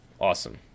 Awesome